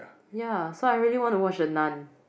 ya so I really want to watch the nun